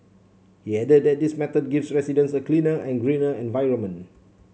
he added that this method gives residents a cleaner and greener environment